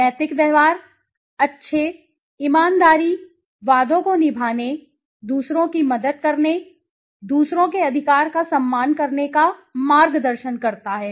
नैतिक व्यवहार अच्छे ईमानदारी वादों को निभाने दूसरों की मदद करने दूसरों के अधिकार का सम्मान करने का मार्गदर्शन करता है